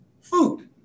food